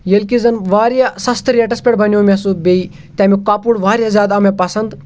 ییٚلہِ کہِ زَن واریاہ سَستہٕ ریٹَس پؠٹھ بَنیٛو مےٚ سُہ بیٚیہِ تَمیُک کَپُر واریاہ زیادٕ آو مےٚ پَسنٛد